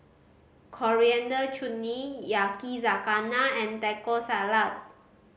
Coriander Chutney Yakizakana and Taco Salad